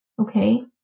Okay